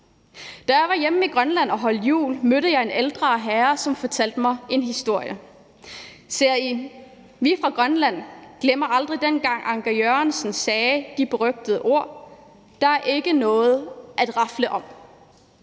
Da jeg var hjemme i Grønland og holde jul, mødte jeg en ældre herre, som fortalte mig en historie, der handlede om, at os fra Grønland aldrig glemmer dengang, Anker Jørgensen sagde de berygtede ord: Der er ikke noget at rafle om.